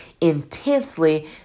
intensely